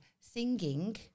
singing